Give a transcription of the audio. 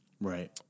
right